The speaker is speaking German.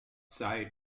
sei